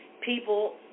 people